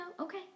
okay